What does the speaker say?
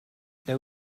there